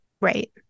Right